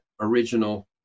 original